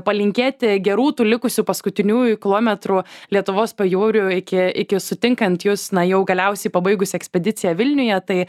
palinkėti gerų tų likusių paskutiniųjų kilometrų lietuvos pajūriu iki iki sutinkant jus na jau galiausiai pabaigus ekspediciją vilniuje tai